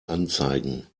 anzeigen